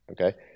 okay